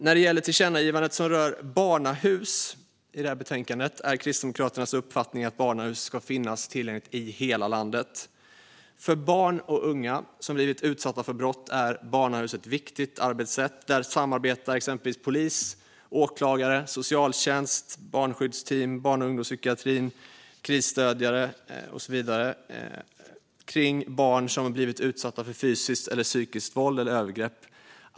När det gäller det tillkännagivande i betänkandet som rör barnahus är Kristdemokraternas uppfattning att barnahus ska finnas tillgängliga i hela landet. För barn och unga som blivit utsatta för brott är barnahus ett viktigt arbetssätt. Där samarbetar exempelvis polis, åklagare, socialtjänst, barnskyddsteam, barn och ungdomspsykiatrin och krisstödjare kring barn som har blivit utsatta för fysiskt eller psykiskt våld eller övergrepp.